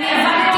אני אעמוד על זה